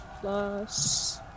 plus